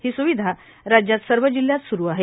ही स्विधा राज्यात सर्व जिल्ह्यांत स्रु आहे